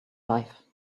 life